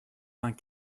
vingt